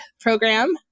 program